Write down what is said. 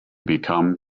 become